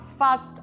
first